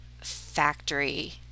factory